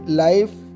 life